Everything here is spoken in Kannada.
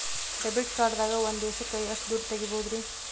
ಡೆಬಿಟ್ ಕಾರ್ಡ್ ದಾಗ ಒಂದ್ ದಿವಸಕ್ಕ ಎಷ್ಟು ದುಡ್ಡ ತೆಗಿಬಹುದ್ರಿ?